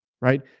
right